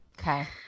Okay